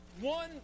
one